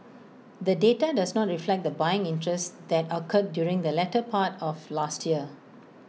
the data does not reflect the buying interest that occurred during the latter part of last year